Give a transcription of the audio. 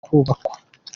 kubakwa